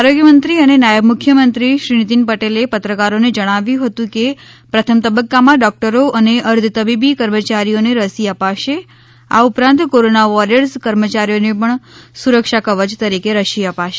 આરોગ્યમંત્રી અને નાયબ મુખ્યમંત્રી શ્રી નીતિન પટેલે પત્રકારોને જણાવ્યું હતું કે પ્રથમ તબક્કામાં ડૉક્ટરો અને અર્ધ તબીબી કર્મચારીઓને રસી અપાશે આ ઉપરાંત કોરોના વૉરિયર્સ કર્મચારીઓને પણ સુરક્ષા કવય તરીકે રસી અપાશે